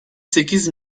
sekiz